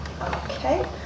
Okay